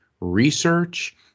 research